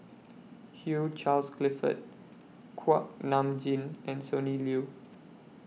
Hugh Charles Clifford Kuak Nam Jin and Sonny Liew